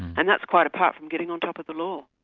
and that's quite apart from getting on top of the law.